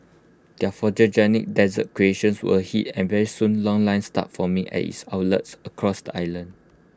their photogenic dessert creations were A hit and very soon long lines started forming at its outlets across the island